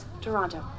Toronto